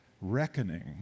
reckoning